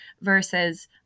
versus